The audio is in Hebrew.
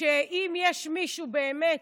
היה מבין שאם יש מישהו שבאמת